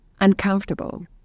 Uncomfortable